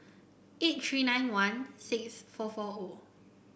eight three nine one six four four O